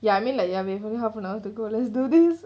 ya I mean like we have only half an hour to go let's do this